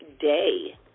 day